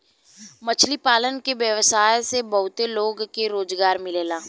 मछली पालन के व्यवसाय से बहुत लोग के रोजगार मिलेला